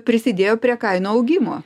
prisidėjo prie kainų augimo